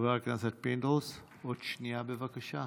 חבר הכנסת פינדרוס, עוד שנייה, בבקשה.